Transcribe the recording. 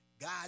God